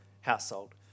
household